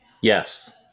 Yes